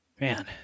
Man